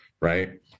right